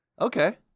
Okay